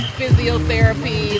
physiotherapy